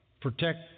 protect